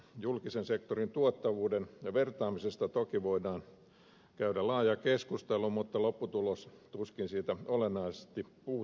julkisen sektorin tuottavuuden vertaamisesta toki voidaan käydä laajaa keskustelua mutta lopputulos tuskin siitä olennaisesti muuttuu